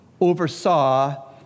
oversaw